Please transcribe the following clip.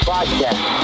Podcast